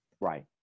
Right